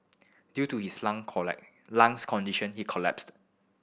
due to his lung lung's condition he collapsed